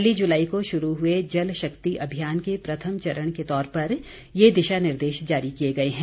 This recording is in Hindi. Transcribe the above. पहली जुलाई को शुरू हुए जल शक्ति अभियान के प्रथम चरण के तौर पर यह दिशा निर्देश जारी किए गए हैं